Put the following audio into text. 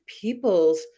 peoples